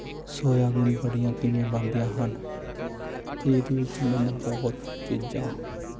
soybean ਬੜੀਆਂ ਕਿਵੇਂ ਬਣਦੀਆਂ ਹਨ ਅਤੇ ਇਹਦੇ ਵਿੱਚ ਮੈਨੂੰ ਬਹੁਤ ਚੀਜ਼ਾਂ